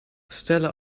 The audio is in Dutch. stella